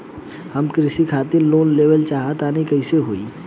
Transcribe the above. हम कृषि खातिर लोन लेवल चाहऽ तनि कइसे होई?